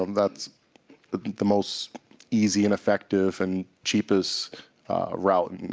um that's the most easy, and effective, and cheapest route, and and